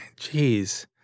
jeez